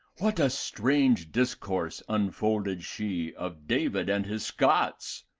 what a strange discourse unfolded she of david and his scots!